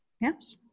Yes